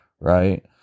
right